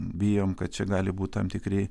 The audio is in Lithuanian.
bijom kad čia gali būt tam tikri